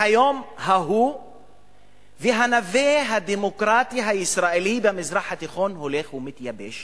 מהיום ההוא הנווה הדמוקרטי הישראלי במזרח התיכון הולך ומתייבש